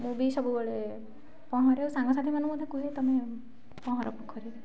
ମୁଁ ବି ସବୁବେଳେ ପହଁରେ ସାଙ୍ଗସାଥୀମାନଙ୍କୁ ମଧ୍ୟ କୁହେ ତୁମେ ପହଁର ପୋଖରୀରେ